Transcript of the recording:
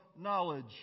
knowledge